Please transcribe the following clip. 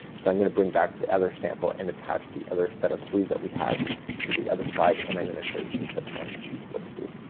so i'm gonna bring back the other sample and attach the other set of three that we had to the other side and i'm gonna show you some tips on what to do.